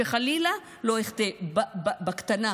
שחלילה לא אחטא בקטנה.